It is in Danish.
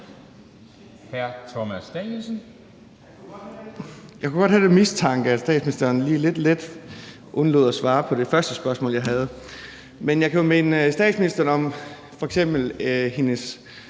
Thomas Danielsen (V): Jeg kunne godt have den mistanke, at statsministeren lige lidt let undlod at svare på det første spørgsmål, jeg havde. Men jeg kan jo minde statsministeren om f.eks.